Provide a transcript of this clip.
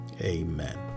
amen